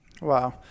Wow